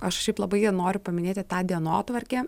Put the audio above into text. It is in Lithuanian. aš kažkaip labai noriu paminėti tą dienotvarkę